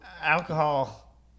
alcohol